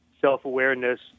self-awareness